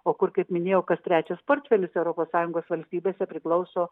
o kur kaip minėjau kas trečias portfelis europos sąjungos valstybėse priklauso